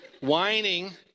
Whining